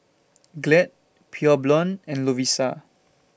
Glad Pure Blonde and Lovisa